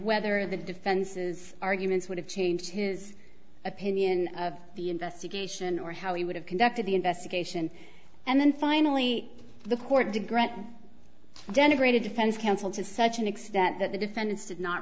whether the defense's arguments would have changed his opinion of the investigation or how he would have conducted the investigation and then finally the court to grant denigrated defense counsel to such an extent that the defendants did not